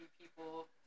people